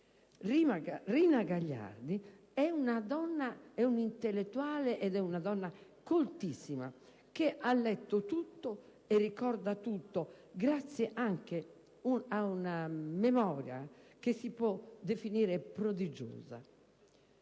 Rina Gagliardi è un'intellettuale e una donna coltissima, che ha letto tutto e ricorda tutto, grazie anche a una memoria che si può definire prodigiosa.